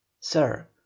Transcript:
Sir